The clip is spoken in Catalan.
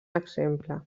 exemple